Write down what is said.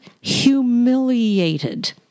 humiliated